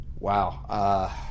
Wow